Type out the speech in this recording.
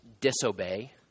disobey